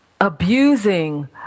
abusing